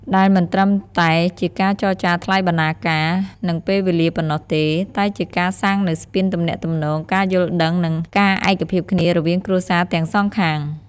ដែលមិនត្រឹមតែជាការចរចាថ្លៃបណ្ណាការ និងពេលវេលាប៉ុណ្ណោះទេ តែជាការសាងនូវស្ពានទំនាក់ទំនង ការយល់ដឹង និងការឯកភាពគ្នារវាងគ្រួសារទាំងសងខាង។